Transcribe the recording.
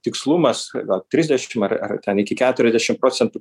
tikslumas gal trisdešim ar ar ten iki keturiasdešim procentų